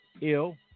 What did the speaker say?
ill